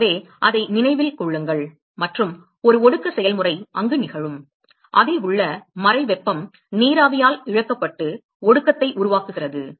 எனவே அதை நினைவில் கொள்ளுங்கள் மற்றும் ஒரு ஒடுக்க செயல்முறை அங்கு நிகழும் அதில் உள்ள மறை வெப்பம் நீராவியால் இழக்கப்பட்டு ஒடுக்கத்தை உருவாக்குகிறது